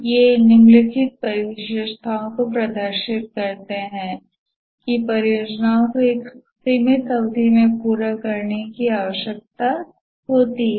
ये निम्नलिखित विशेषताओं का प्रदर्शन करते हैं कि परियोजना को एक सीमित अवधि में पूरा करने की आवश्यकता होती है